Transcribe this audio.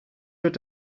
wird